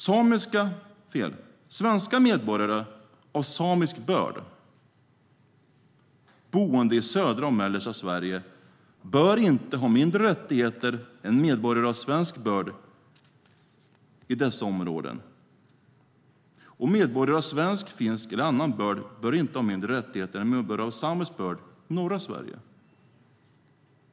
Svenska medborgare av samisk börd boende i södra och mellersta Sverige bör inte ha mindre rättigheter än medborgare av svensk börd i dessa områden. Medborgare av svensk, finsk eller annan börd bör inte ha mindre rättigheter än medborgare av samisk börd i norra Sverige.